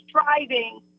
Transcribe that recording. striving